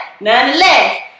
nonetheless